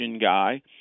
guy